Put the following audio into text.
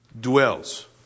dwells